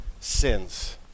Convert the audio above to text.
sins